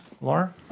Laura